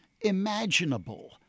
imaginable